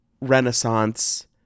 renaissance